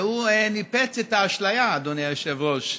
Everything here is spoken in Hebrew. והוא ניפץ את האשליה, אדוני היושב-ראש,